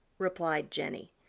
replied jenny.